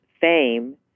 fame